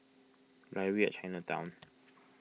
Library at Chinatown